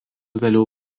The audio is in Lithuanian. vėliau